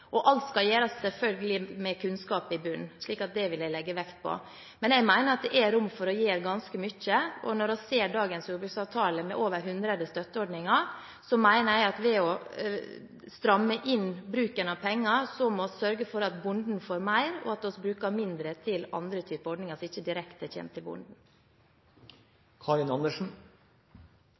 Og alt skal selvfølgelig gjøres med kunnskap i bunnen, det vil jeg legge vekt på. Jeg mener at det er rom for å gjøre ganske mye. Når vi skal se på dagens jordbruksavtale, med over 100 støtteordninger, mener jeg at vi, når vi skal stramme inn på bruken av penger, må sørge for at bonden får mer, og at vi bruker mindre på de ordninger som ikke går direkte til bonden. Vi har nå fått en landbruksminister som jeg tror har norgesrekord i